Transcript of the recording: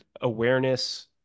awareness